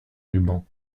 rubans